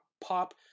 pop